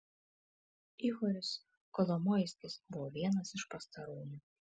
ihoris kolomoiskis buvo vienas iš pastarųjų